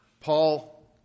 Paul